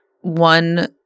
one